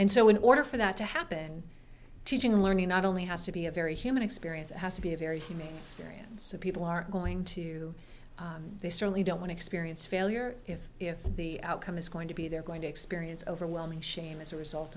and so in order for that to happen teaching learning not only has to be a very human experience it has to be a very humane experience people aren't going to they certainly don't want to experience failure if if the outcome is going to be they're going to experience overwhelming shame as a result